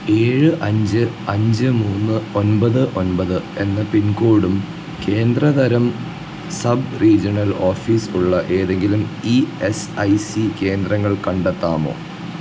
ഏഴ് അഞ്ച് അഞ്ച് മൂന്ന് ഒൻപത് ഒൻപത് എന്ന പിൻകോഡും കേന്ദ്ര തരം സബ്റീജിണൽ ഓഫീസ് ഉള്ള ഏതെങ്കിലും ഇ എസ് ഐ സി കേന്ദ്രങ്ങൾ കണ്ടെത്താമോ